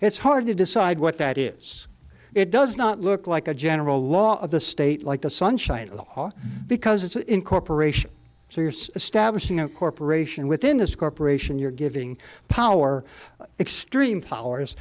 it's hard to decide what that is it does not look like a general law of the state like the sunshine law because it's incorporation so there's establishing a corporation within this corporation you're giving power extreme powers